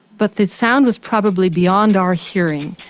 but the sound was probably beyond our hearing.